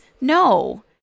No